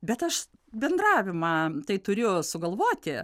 bet aš bendravimą tai turėjo sugalvoti